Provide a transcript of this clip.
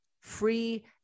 free